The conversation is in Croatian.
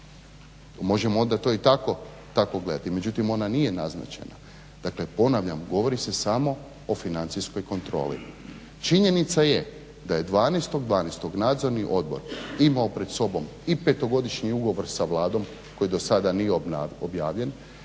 Možemo onda to i tako gledati. Međutim ona nije naznačena. Dakle ponavljam, govori se samo o financijskoj kontroli. Činjenica je da je 12.12. Nadzorni odbor imao pred sobom i petogodišnji ugovor sa Vladom koji do sada nije objavljen